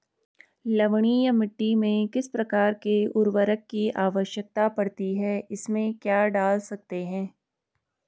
लवणीय मिट्टी में किस प्रकार के उर्वरक की आवश्यकता पड़ती है इसमें क्या डाल सकते हैं?